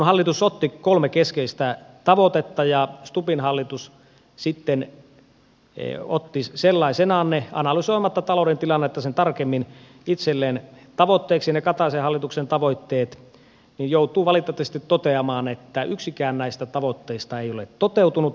hallitus otti kolme keskeistä tavoitetta ja stubbin hallitus sitten otti sellaisenaan kataisen hallituksen tavoitteet itselleen tavoitteiksi analysoimatta talouden tilannetta sen tarkemmin ja valitettavasti joutuu totea maan että yksikään näistä tavoitteista ei ole toteutunut hallituksella